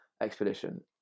expedition